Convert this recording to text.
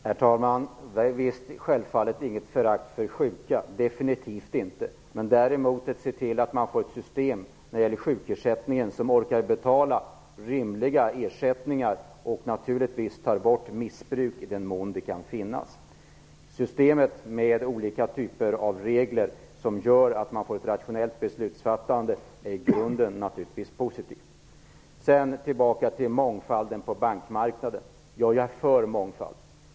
Herr talman! Jag hyser självfallet inget förakt för sjuka. Definitivt inte. Men det gäller att se till att vi får ett system för sjukersättningen som orkar betala rimliga ersättningar och tar bort missbruk i den mån sådant förekommer. Systemet med olika typer av regler som gör att man får ett rationellt beslutsfattande är naturligtvis positivt. När det gäller mångfalden på bankmarknaden vill jag säga att jag är för mångfald.